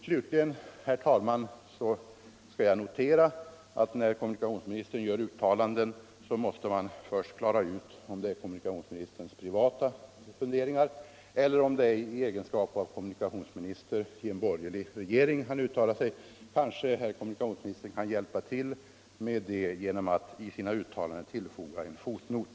Slutligen, herr talman., skall jag notera att när kommunikationsministern gör uttalanden måste man först klara ut om det är hans privata funderingar eller om det är i egenskap av kommunikationsminister i en borgerlig regering han uttalar sig. Kanske herr kommunikationsministern kan hjälpa till med det genom att i sina uttalanden tillfoga en fotnot.